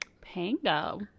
Pango